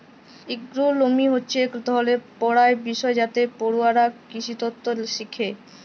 এগ্রোলমি হছে ইক ধরলের পড়ার বিষয় যাতে পড়ুয়ারা কিসিতত্ত শিখে